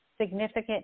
significant